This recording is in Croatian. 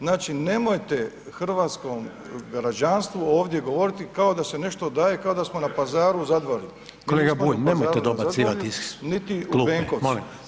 Znači nemojte hrvatskom građanstvu ovdje govoriti kao da se nešto daje kao da smo na pazaru u Zadvarju [[Upadica: Kolega Bulj, nemojte dobacivati iz klupe, molim vas.]] niti u Benkovcu.